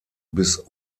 bis